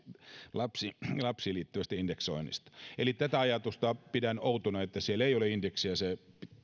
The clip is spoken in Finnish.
lapsiin liittyvästä indeksoinnista eli tätä ajatusta pidän outona että siellä ei ole indeksiä se